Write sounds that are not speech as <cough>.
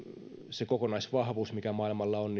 se kokonaisvahvuus mikä maailmalla on <unintelligible>